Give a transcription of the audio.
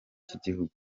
cy’igihugu